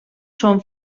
són